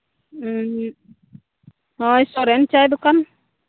ᱦᱳᱭ ᱥᱚᱨᱮᱱ ᱪᱟᱭ ᱫᱚᱠᱟᱱ